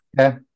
okay